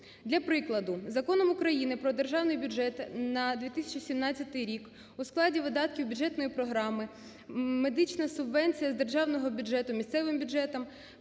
Для прикладу, Законом України "Про Державний бюджет на 2017 рік" у складі видатків бюджетної програми, медична субвенція з державного бюджету місцевим бюджетам